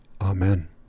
Amen